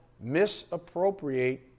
misappropriate